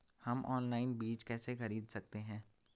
हम ऑनलाइन बीज कैसे खरीद सकते हैं?